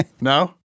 No